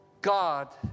God